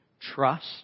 trust